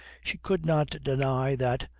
she could not deny that,